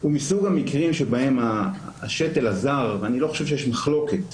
הוא מסוג המקרים שבהם השתל עזר ואני לא חושב שיש מחלוקת